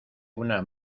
una